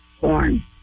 born